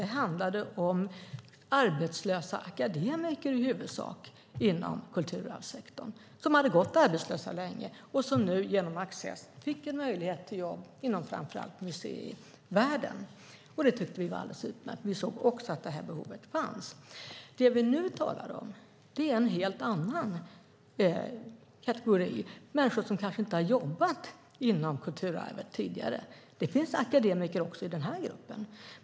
Det handlade i huvudsak om arbetslösa akademiker inom kulturarvssektorn som hade gått arbetslösa länge och som genom Access fick en möjlighet att få jobb inom framför allt museivärlden. Det tyckte vi var alldeles utmärkt. Vi såg också att det behovet fanns. Det vi nu talar om är en helt annan kategori. Det är människor som kanske inte har jobbat inom kulturarvet tidigare. Det finns akademiker också i den gruppen.